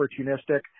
opportunistic